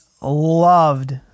loved